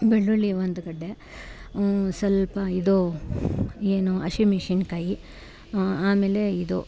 ಬೆಳ್ಳುಳ್ಳಿ ಒಂದು ಗಡ್ಡೆ ಸ್ವಲ್ಪ ಇದು ಏನು ಹಸಿಮೆಣ್ಸಿನ್ಕಾಯಿ ಆಮೇಲೆ ಇದು